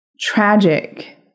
tragic